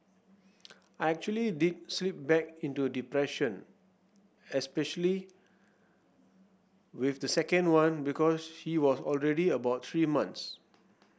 I actually did slip back into depression especially with the second one because she was already about three months